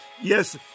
Yes